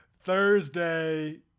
Thursday